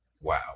Wow